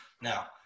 now